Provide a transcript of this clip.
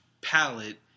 palette